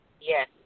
Yes